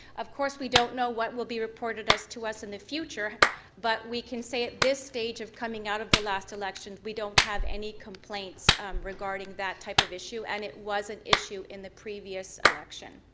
of course we don't know what will be reported as to us in the future but we can say at this stage of coming out of the last election we don't have any complaints regarding that type of issue and it was an issue in the previous election.